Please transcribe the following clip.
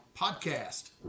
Podcast